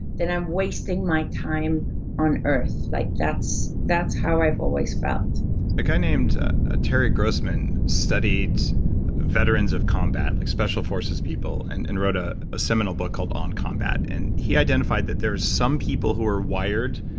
then i'm wasting my time on earth. like that's that's how i've always felt a guy named ah terry grossman studied veterans of combat, like special forces people, and and wrote ah a seminal book called on combat, and he identified that there are some people who are wired,